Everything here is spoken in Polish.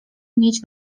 mieć